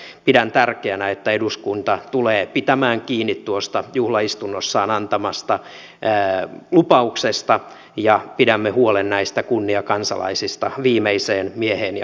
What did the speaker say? ja pidän tärkeänä että eduskunta tulee pitämään kiinni tuosta juhlaistunnossaan antamastaan lupauksesta ja pidämme huolen näistä kunniakansalaisista viimeiseen mieheen ja naiseen asti